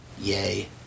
Yay